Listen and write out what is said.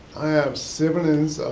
i have siblings.